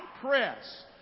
press